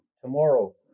Tomorrow